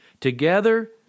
Together